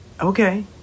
Okay